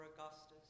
Augustus